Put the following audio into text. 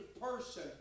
person